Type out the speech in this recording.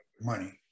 money